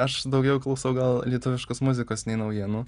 aš daugiau klausau gal lietuviškos muzikos nei naujienų